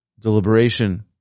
Deliberation